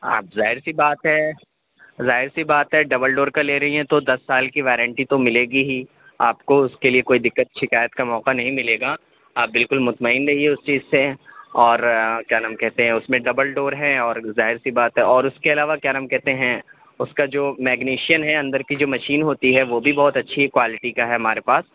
آپ ظاہر سی بات ہے ظاہر سی بات ہے ڈبل ڈور کا لے رہی ہیں تو دس سال کی وارنٹی تو ملے گی ہی آپ کو اس کے لیے کوئی دقت شکایت کا موقع نہیں ملے گا آپ بالکل مطمئن رہیے اس چیز سے اور کیا نام کہتے ہیں اس میں ڈبل ڈور ہے اور ظاہر سی بات ہے اور اس کے علاوہ کیا نام کہتے ہیں اس کا جو میگنیشیئن ہے اندر کی جو مشین ہوتی ہے وہ بھی بہت اچھی کوالیٹی کا ہے ہمارے پاس